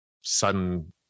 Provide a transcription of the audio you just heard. sudden